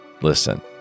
Listen